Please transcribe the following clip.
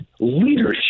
leadership